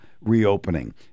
reopening